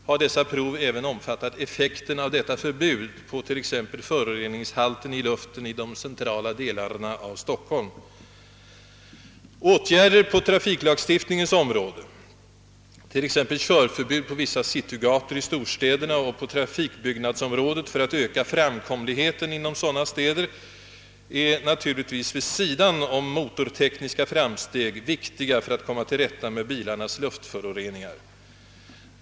Har dessa prov även omfattat effekten av detta förbud på t.ex. föroreningshalten i luften i de centrala delarna av Stockholm? Åtgärder på trafiklagstiftningens område, t.ex. körförbud på vissa citygator i storstäderna och på trafikbyggnadsområdet för att öka framkomligheten inom sådana städer är naturligtvis vid sidan om motortekniska framsteg viktiga för att komma till rätta med bilarnas luftföroreningar.